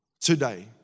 today